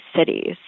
cities